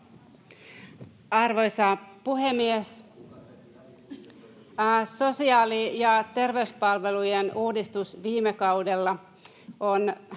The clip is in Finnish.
Arvoisa puhemies! Sosiaali- ja terveyspalvelujen uudistus viime kaudella on